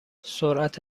سرعت